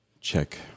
check